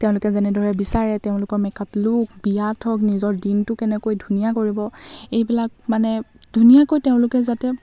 তেওঁলোকে যেনেদৰে বিচাৰে তেওঁলোকৰ মেকআপ লুক বিয়াত হওক নিজৰ দিনটো কেনেকৈ ধুনীয়া কৰিব এইবিলাক মানে ধুনীয়াকৈ তেওঁলোকে যাতে